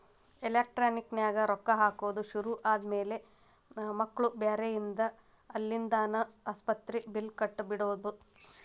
electronic ನ್ಯಾಗ ರೊಕ್ಕಾ ಹಾಕೊದ್ ಶುರು ಆದ್ಮ್ಯಾಲೆ ಮಕ್ಳು ಬ್ಯಾರೆ ಇದ್ರ ಅಲ್ಲಿಂದಾನ ಆಸ್ಪತ್ರಿ ಬಿಲ್ಲ್ ಕಟ ಬಿಡ್ಬೊದ್